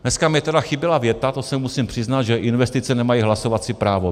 Dneska mi teda chyběla věta, to se musím přiznat, že investice nemají hlasovací právo.